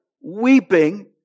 weeping